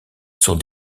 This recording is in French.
sont